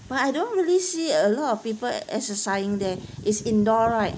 but I don't really see a lot of people exercising there it's indoor right